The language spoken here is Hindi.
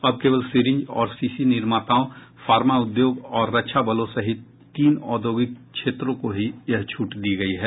अब केवल सीरिज और शीशी निर्माताओं फार्मा उद्योग और रक्षा बलों सहित तीन औद्योगिक क्षेत्रों को ही यह छूट दी गई है